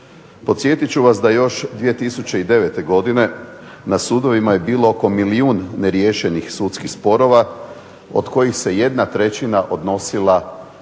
Podsjetit ću vas da još 2009. godine na sudovima je bilo oko milijun neriješenih sudskih sporova od kojih se 1/3 odnosila na